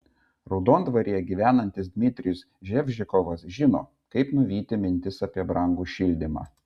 raudondvaryje gyvenantis dmitrijus ževžikovas žino kaip nuvyti mintis apie brangų šildymą